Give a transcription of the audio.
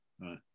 right